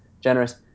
generous